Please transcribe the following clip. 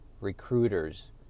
recruiters